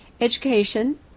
education